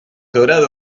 dorado